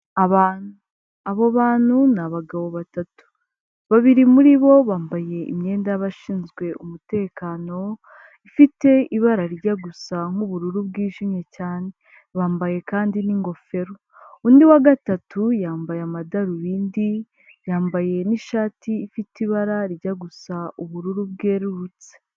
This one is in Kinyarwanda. Abantu, abo bantu ni abagabo batatu babiri muri bo bambaye imyenda y'abashinzwe umutekano ifite ibara rijya gusa nk'ubururu bwijimye cyane, bambaye kandi n'ingofero, undi wa gatatu yambaye amadarubindi yambaye n'ishati ifite ibara rijya gusa ubururu bwerurutse.